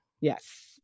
Yes